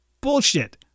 Bullshit